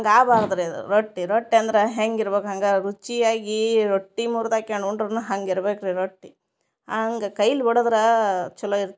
ಹಂಗಾಗ್ಬಾರದ್ರಿ ಅದು ರೊಟ್ಟಿ ರೊಟ್ಟಿ ಅಂದರಾ ಹೆಂಗಿರ್ಬೇಕು ಹಂಗಾ ರುಚಿ ಆಗಿ ರೊಟ್ಟಿ ಮುರ್ದಾಕ್ಯಂಡ್ ಉಂಡ್ರೂನು ಹಂಗಿರ್ಬೇಕ್ರಿ ರೊಟ್ಟಿ ಹಾಂಗ ಕೈಲಿ ಒಡದರಾ ಚಲೋ ಇರ್ತವ